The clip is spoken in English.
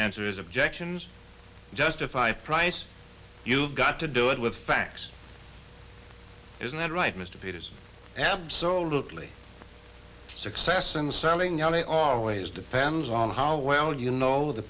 answer is objections justify price you've got to do it with facts isn't that right mr pitt is absolutely success in selling i always depends on how well you know the